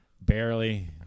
Barely